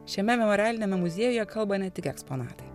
šiame memorialiniame muziejuje kalba ne tik eksponatai